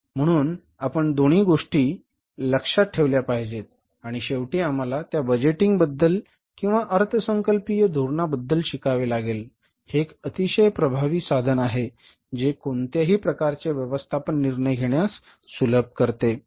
म्हणून आपण दोन्ही गोष्टी लक्षात ठेवल्या पाहिजेत आणि शेवटी आम्हाला त्या बजेटिंगबद्दल किंवा अर्थसंकल्पीय धोरणाबद्दल शिकावे लागेल हे एक अतिशय प्रभावी साधन आहे जे कोणत्याही प्रकारचे व्यवस्थापन निर्णय घेण्यास सुलभ करते